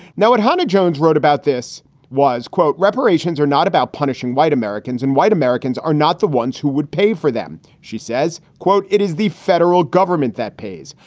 now, what hannah jones wrote about this was, quote, reparations are not about punishing white americans. and white americans are not the ones who would pay for them. she says, quote, it is the federal government that pays.